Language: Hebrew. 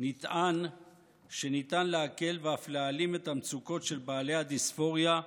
נטען שניתן להקל ואף להעלים את המצוקות של בעלי הדיספוריה,